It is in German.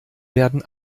werden